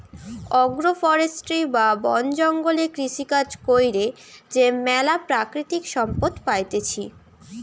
agro forestry বা বন জঙ্গলে কৃষিকাজ কইরে যে ম্যালা প্রাকৃতিক সম্পদ পাইতেছি